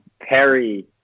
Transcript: Perry